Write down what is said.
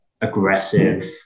aggressive